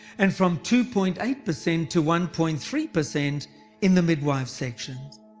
and from two point eight percent to one point three percent in the midwife's section.